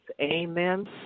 amen